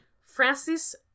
Francis